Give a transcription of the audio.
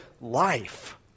life